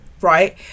right